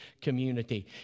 community